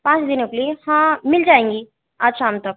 पाँच दिनों के लिए हाँ मिल जाएँगी आज शाम तक